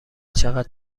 چقدر